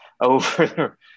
over